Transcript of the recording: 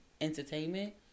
entertainment